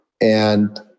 And-